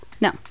No